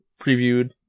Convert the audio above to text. previewed